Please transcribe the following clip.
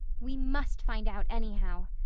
we must find out anyhow,